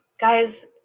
Guys